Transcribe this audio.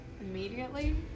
immediately